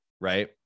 Right